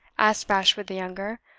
asked bashwood the younger,